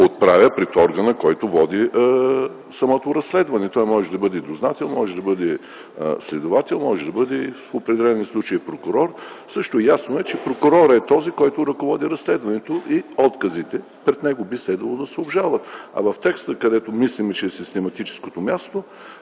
отправя пред органа, който води самото разследване. Той може да бъде дознател, следовател, в определени случаи и прокурор. Също е ясно, че прокурорът е този, който ръководи разследването, и отказите пред него би трябвало да се обжалват пред него. А в текста, където мислим, че е систематическото място,